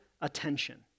attention